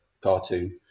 cartoon